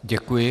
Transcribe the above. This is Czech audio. Děkuji.